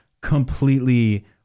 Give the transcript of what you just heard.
completely